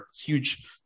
huge